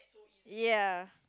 ya